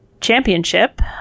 championship